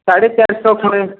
ସାଢ଼େ ଚାରିଶହ ଖଣ୍ଡେ